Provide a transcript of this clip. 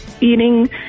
eating